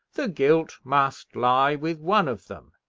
the guilt must lie with one of them.